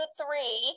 three